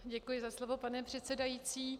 Děkuji za slovo, pane předsedající.